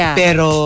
pero